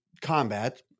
combat